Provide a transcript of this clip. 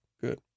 Good